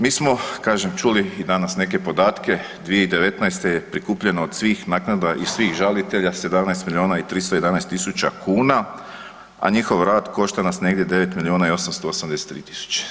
Mi smo, kažem čuli i danas neke podatke, 2019. je prikupljeno od svih naknada i svih žalitelja 17 milijuna i 311 tisuća kuna, a njihov rad košta nas negdje 9 milijuna i 883 tisuće.